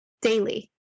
Daily